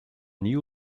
new